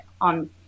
on